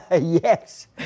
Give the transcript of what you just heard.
Yes